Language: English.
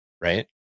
right